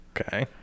Okay